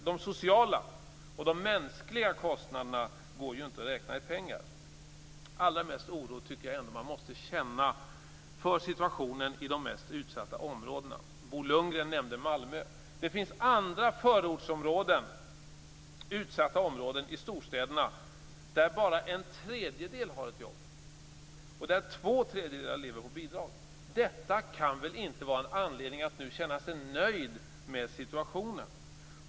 De sociala och mänskliga kostnaderna går ju inte att räkna i pengar. Allra mest oro tycker jag ändå att man måste känna för situationen i de mest utsatta områdena. Bo Lundgren nämnde Malmö, och det finns andra utsatta förortsområden i storstäderna där bara en tredjedel har ett jobb och där två tredjedelar lever på bidrag. Detta kan väl inte vara anledning att nu känna sig nöjd med situationen.